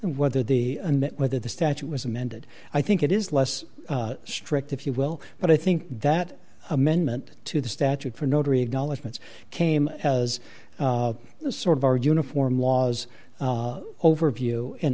and whether the whether the statute was amended i think it is less strict if you will but i think that amendment to the statute for notary acknowledgements came as the sort of our uniform laws overview and